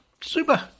Super